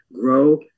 grow